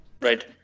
Right